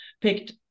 picked